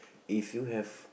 if you have